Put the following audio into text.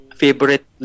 favorite